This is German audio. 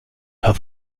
herr